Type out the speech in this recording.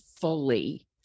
fully